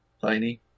tiny